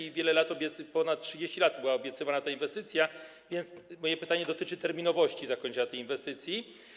Przez wiele lat, ponad 30 lat była obiecywana ta inwestycja, więc moje pytanie dotyczy terminowości zakończenia tej inwestycji.